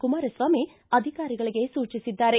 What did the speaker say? ಕುಮಾರಸ್ವಾಮಿ ಅಧಿಕಾರಿಗಳಿಗೆ ಸೂಚಿಸಿದ್ದಾರೆ